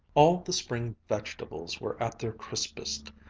all the spring vegetables were at their crispest,